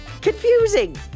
Confusing